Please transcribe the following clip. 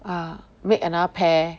ah make another pair